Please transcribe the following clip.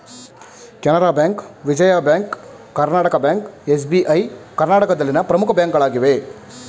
Canara bank, Vijaya bank, Karnataka bank, SBI ಕರ್ನಾಟಕದಲ್ಲಿನ ಪ್ರಮುಖ ಬ್ಯಾಂಕ್ಗಳಾಗಿವೆ